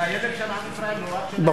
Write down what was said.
זה הילד של עם ישראל, הוא חייל.